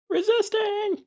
Resisting